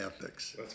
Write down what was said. ethics